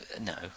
No